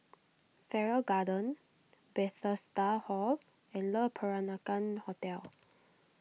Farrer Garden Bethesda Hall and Le Peranakan Hotel